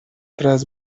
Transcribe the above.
tras